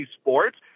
sports